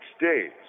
days